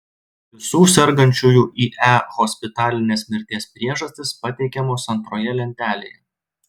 visų sergančiųjų ie hospitalinės mirties priežastys pateikiamos antroje lentelėje